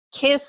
kiss